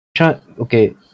okay